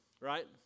right